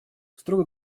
строго